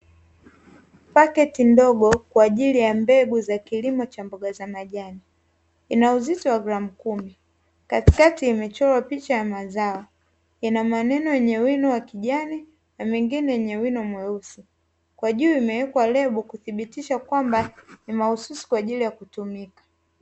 Pakiti ndogo kwa ajili ya mbegu za kilimo cha mboga za majani, ina uzito wa gramu kumi. Katikati imechorwa picha ya mazao, ina maneno yenye wino wa kijani na mengine yenye wino mweusi. Kwa juu imewekwa lebo kuthibitisha kwamba ni mahususi kwa ajili ya kutumika.